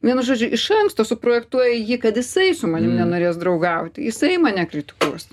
vienu žodžiu iš anksto suprojektuoja jį kad jisai su manim nenorės draugauti jisai mane kritikuos